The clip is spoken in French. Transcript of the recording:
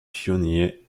pionniers